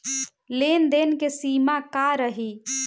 लेन देन के सिमा का रही?